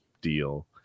deal